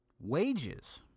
Wages